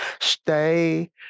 Stay